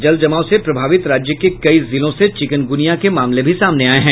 जल जमाव से प्रभावित राज्य के कई जिलों से चिकुनगुनिया के मामले भी सामने आये हैं